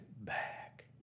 back